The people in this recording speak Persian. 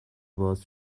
باز